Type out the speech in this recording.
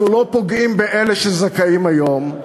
אנחנו לא פוגעים באלה שזכאים היום,